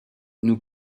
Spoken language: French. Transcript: nous